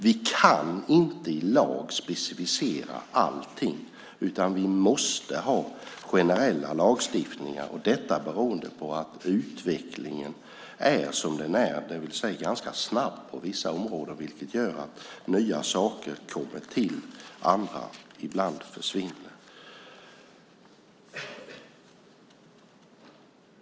Vi kan inte i lag specificera allt utan vi måste ha generella lagstiftningar. Detta beror på att utvecklingen är som den är, det vill säga ganska snabb på vissa områden vilket gör att nya saker kommer till och andra ibland försvinner.